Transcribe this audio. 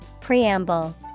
Preamble